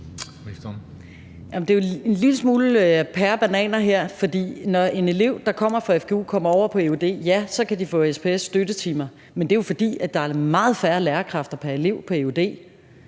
det er jo en lille smule pærer og bananer her, for når en elev, der kommer fra fgu, kommer over på eud, ja, så kan vedkommende få SPS-støttetimer. Men det er jo, fordi der er meget færre lærerkræfter pr. elev på eud.